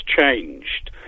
changed